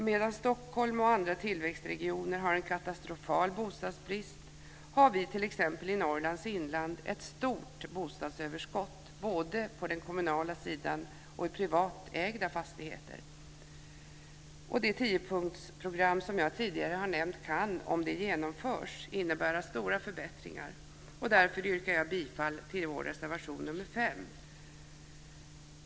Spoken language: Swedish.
Medan Stockholm och andra tillväxtregioner har en katastrofal bostadsbrist har vi i t.ex. Norrlands inland ett stort bostadsöverskott både på den kommunala sidan och i privat ägda fastigheter. Det tiopunktsprogram som jag tidigare har nämnt kan, om det genomförs, innebära stora förbättringar. Därför yrkar jag bifall till vår reservation 5.